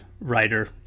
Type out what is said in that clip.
writer